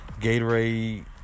Gatorade